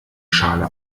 schale